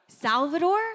Salvador